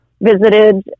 visited